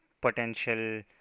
potential